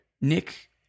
Nick